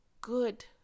good